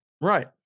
Right